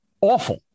awful